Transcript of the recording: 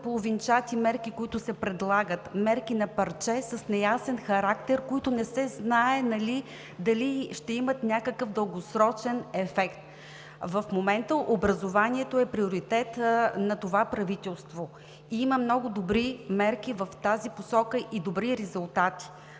мерки на парче с неясен характер, които не се знае дали ще имат някакъв дългосрочен ефект. В момента образованието е приоритет на това правителство и има много добри мерки и добри резултати